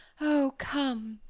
oh! come!